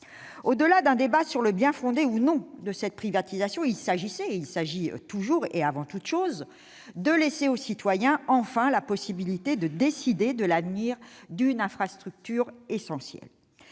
Au-delà du débat sur le bien-fondé ou non de cette privatisation, il s'agissait- et il s'agit toujours, et avant toute chose -de laisser enfin aux citoyens la possibilité de décider de l'avenir d'une infrastructure essentielle.